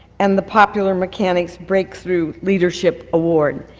and the popular mechanics breakthrough leadership award.